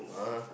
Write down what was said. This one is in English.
!huh!